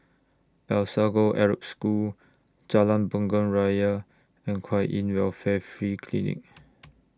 Alsagoff Arab School Jalan Bunga Raya and Kwan in Welfare Free Clinic